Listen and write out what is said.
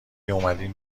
اومدین